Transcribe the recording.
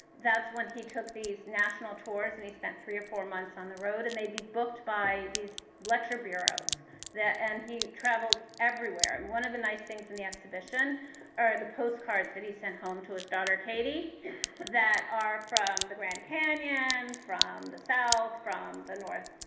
that's when he took these national tours, and he spent three or four months on the road. and they'd be booked by these lecture bureaus that and he travelled everywhere. and one of the nice things in the exhibition are the postcards that he sent home to his daughter katie that are from the grand canyon, from the south, from the north,